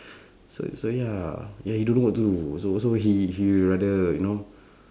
so so ya ya he don't know what to do so so he he rather you know